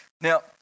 now